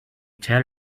tell